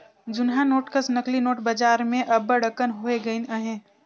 जुनहा नोट कस नकली नोट बजार में अब्बड़ अकन होए गइन अहें